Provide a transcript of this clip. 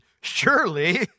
surely